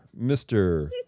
Mr